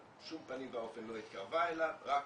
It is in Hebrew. בשום פנים ואופן לא התקרבה אליו, רק